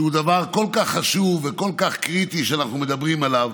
שהוא דבר כל כך חשוב וכל כך קריטי שאנחנו מדברים עליו,